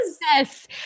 yes